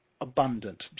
abundant